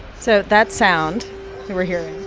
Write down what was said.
so that sound we're hearing